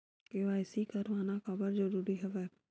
KYC करवाना काबर जरूरी हवय?